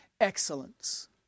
Excellence